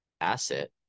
asset